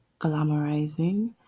glamorizing